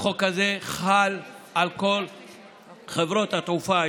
החוק הזה חל על כל חברות התעופה,